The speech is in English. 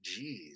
Jeez